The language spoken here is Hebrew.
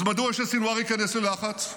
אז מדוע שסנוואר ייכנס ללחץ?